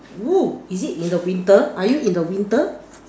oo is it in the winter are you in the winter